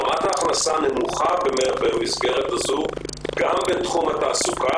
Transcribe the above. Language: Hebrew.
רמת ההכנסה נמוכה במסגרת הזו גם בתחום התעסוקה,